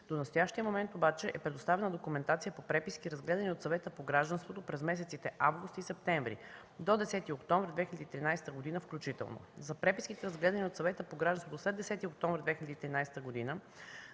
До настоящия момент обаче е предоставена документация по преписки, разгледани от Съвета по гражданството през месеците август и септември до 10 октомври 2013 г. включително. За преписките, разгледани от Съвета по гражданството след 10 октомври 2013 г., за